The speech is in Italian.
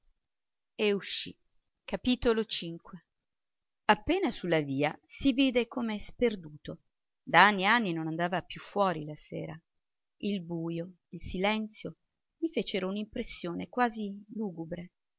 e uscì appena su la via si vide come sperduto da anni e anni non andava più fuori la sera il buio il silenzio gli fecero un'impressione quasi